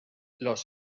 los